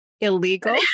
Illegal